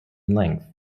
length